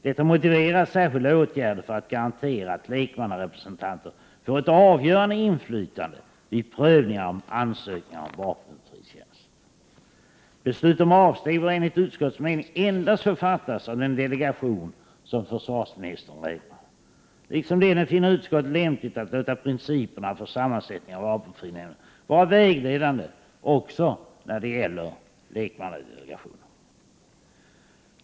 Detta motiverar särskilda åtgärder för att garantera att lekmannarepresentanter får ett avgörande inflytande vid prövningen av ansökningar om vapenfri tjänst. Beslut om avsteg bör enligt utskottets mening endast få fattas av den delegation som försvarsministern räknar med. Liksom denne finner utskottet lämpligt att låta principerna för sammansättningen av vapenfrinämnden vara vägledande också när det gäller lekmannadelegationen.